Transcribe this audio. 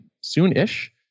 soon-ish